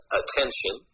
attention